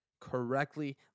Correctly